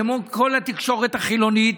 כמו כל התקשורת החילונית,